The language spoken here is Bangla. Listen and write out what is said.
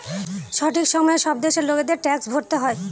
সঠিক সময়ে সব দেশের লোকেদের ট্যাক্স ভরতে হয়